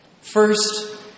First